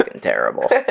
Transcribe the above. terrible